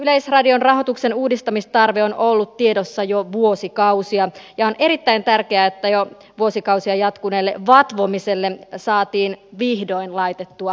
yleisradion rahoituksen uudistamistarve on ollut tiedossa jo vuosikausia ja on erittäin tärkeää että jo vuosikausia jatkuneelle vatvomiselle saatiin vihdoin laitettua piste